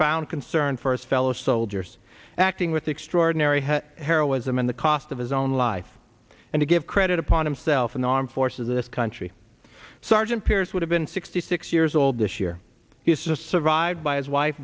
found concern for his fellow soldiers acting with extraordinary heroism in the cost of his own life and to give credit upon himself in the armed forces this country sergeant peers would have been sixty six years old this year he is just survived by his wife